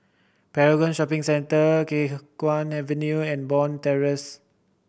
Paragon Shopping Centre Khiang Guan Avenue and Bond Terrace